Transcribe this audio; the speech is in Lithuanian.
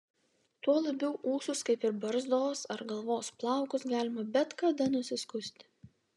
tuo labiau ūsus kaip ir barzdos ar galvos plaukus galima bet kada nusiskusti